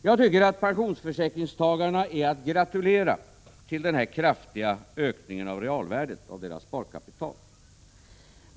Jag tycker att pensionsförsäkringstagarna är att gratulera till denna kraftiga ökning av realvärdet av deras sparkapital.